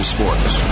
Sports